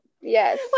Yes